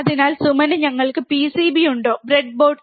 അതിനാൽ സുമന് ഞങ്ങൾക്ക് പിസിബി ഉണ്ടോ ബ്രെഡ്ബോർഡ്